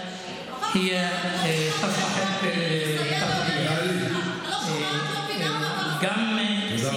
אני לא שומעת, לא מבינה, אבל עבר